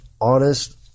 honest